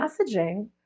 messaging